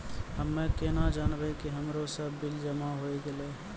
हम्मे केना जानबै कि हमरो सब बिल जमा होय गैलै?